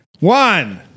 One